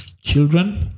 Children